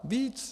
Víc!